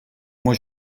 moi